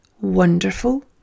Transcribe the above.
wonderful